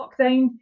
lockdown